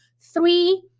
three